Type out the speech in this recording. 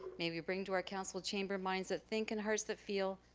may we bring to our council chamber minds that think and hearts that feel,